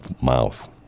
mouth